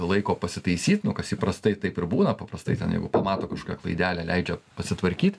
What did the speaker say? laiko pasitaisyt nu kas įprastai taip ir būna paprastai ten jeigu pamato kažokią klaidelę leidžia pasitvarkyt